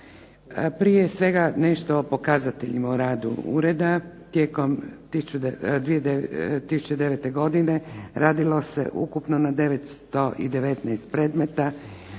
Prije svega nešto o pokazateljima o radu ureda, tijekom 2009. godine, radilo se ukupno na 919 predmeta,